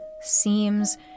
seems